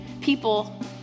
people